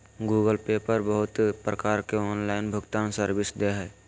Google Pay पर बहुत प्रकार के ऑनलाइन भुगतान सर्विस दे हय